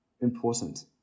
important